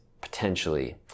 potentially